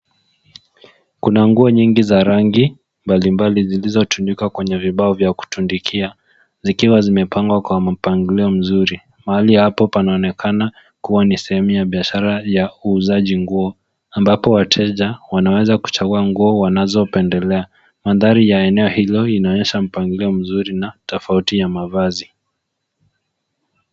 Kuna nguo nyingi za rangi mbalimbali zilizotundikwa kwenye vibao vya kutundukia, zikiwa zimepangwa kwa mpangilio mzuri, mahali hapo panaonekana kuwa ni sehemu ya biashara ya uuzaji nguo, ambapo wateja wanaweza kuchagua nguo wanazopendelea .Mandhari ya eneo hilo inaonyesha mpangilio mzuri na tofauti ya mavazi.